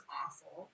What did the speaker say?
awful